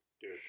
Dude